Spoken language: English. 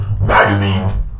magazines